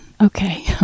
Okay